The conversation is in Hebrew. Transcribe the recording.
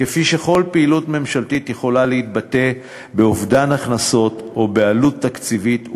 כפי שכל פעילות ממשלתית יכולה להתבטא באובדן הכנסות או בעלות תקציבית,